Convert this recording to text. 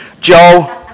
Joe